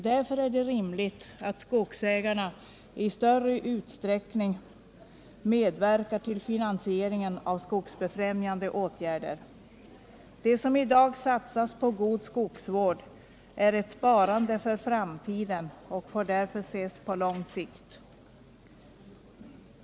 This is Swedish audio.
Därför är det rimligt att skogsägarna själva i större utsträckning medverkar till finansieringen av skogsbefrämjande åtgärder. Det som i dag satsas på god skogsvård är ett sparande för framtiden och får därför ses på lång sikt.